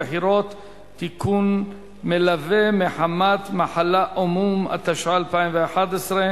ההצעה תועבר להכנה לקריאה, ועדת הכספים.